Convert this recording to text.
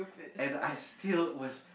and I still was